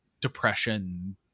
depression